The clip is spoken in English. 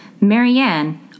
Marianne